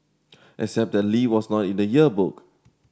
except that Lee was not in the yearbook